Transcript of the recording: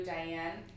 Diane